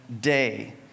day